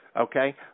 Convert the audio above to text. Okay